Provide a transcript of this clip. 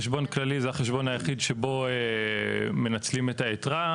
חשבון כללי הוא החשבון היחיד שבו מנצלים את היתרה,